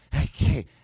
Okay